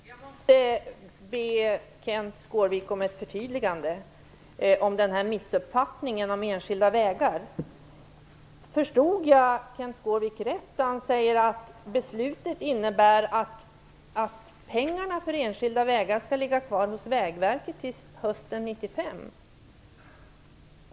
Fru talman! Jag måste be Kenth Skårvik om ett förtydligande om missuppfattningen vad gäller enskilda vägar. Förstod jag Kenth Skårvik rätt när han säger att beslutet kommer att innebära att pengarna för enskilda vägar skall ligga kvar hos Vägverket till hösten 1995?